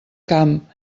camp